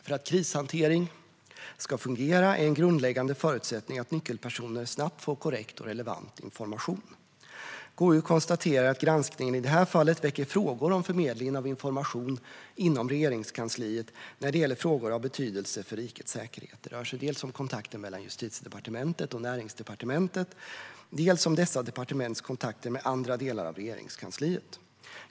För att krishantering ska fungera är en grundläggande förutsättning att nyckelpersoner snabbt får korrekt och relevant information. KU konstaterar att granskningen i det här fallet väcker frågor om förmedlingen av information inom Regeringskansliet när det gäller frågor av betydelse för rikets säkerhet. Det rör sig dels om kontakter mellan Justitiedepartementet och Näringsdepartementet, dels om dessa departements kontakter med andra delar av Regeringskansliet.